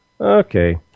Okay